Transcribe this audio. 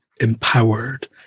empowered